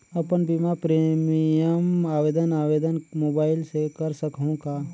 अपन बीमा प्रीमियम आवेदन आवेदन मोबाइल से कर सकहुं का?